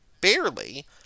barely